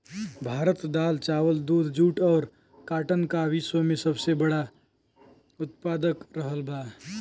भारत दाल चावल दूध जूट और काटन का विश्व में सबसे बड़ा उतपादक रहल बा